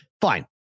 Fine